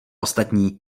ostatní